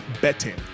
betting